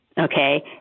Okay